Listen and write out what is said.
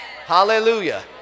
Hallelujah